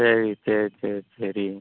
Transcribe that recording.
சரி சரி சரி சரி